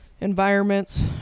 environments